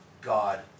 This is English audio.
God